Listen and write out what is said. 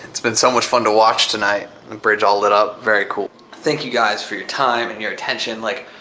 it's been so much fun to watch tonight. and the bridge all light up, very cool. thank you guys for your time and your attention. like